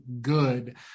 good